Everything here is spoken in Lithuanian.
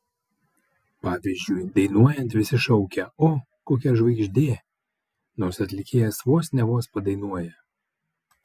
pavyzdžiui dainuojant visi šaukia o kokia žvaigždė nors atlikėjas vos ne vos padainuoja